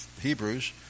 Hebrews